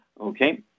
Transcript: Okay